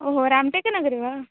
ओहो राम्टेक् नगरे वा